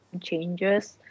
changes